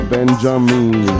Benjamin